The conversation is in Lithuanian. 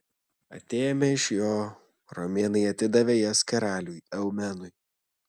atėmę iš jo romėnai atidavė jas karaliui eumenui